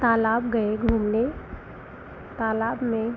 तालाब गए घूमने तालाब में